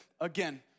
again